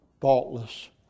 faultless